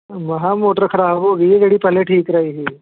ਮੈਂ ਕਿਹਾ ਮੋਟਰ ਖਰਾਬ ਹੋ ਗਈ ਜਿਹੜੀ ਪਹਿਲਾਂ ਠੀਕ ਕਰਵਾਈ ਸੀ